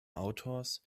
autors